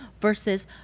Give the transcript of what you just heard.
versus